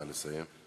נא לסיים.